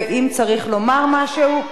ואם צריך לומר משהו,